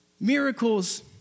Miracles